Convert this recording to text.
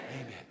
Amen